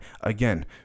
again